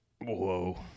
Whoa